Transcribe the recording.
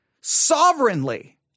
sovereignly